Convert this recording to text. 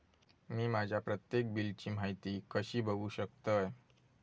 मी माझ्या प्रत्येक बिलची माहिती कशी बघू शकतय?